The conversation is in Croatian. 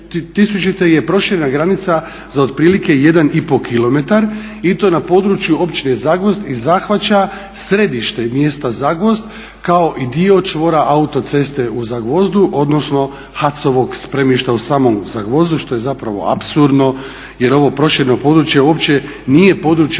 proširena granica za otprilike 1,5 km i to na području općine Zagvozd i zahvaća središte mjesta Zagvozd kao i dio čvora autoceste u Zagvozdu odnosno HAC-ovog spremišta u samom Zagvozdu što je zapravo apsurdno jer ovo prošireno područje uopće nije područje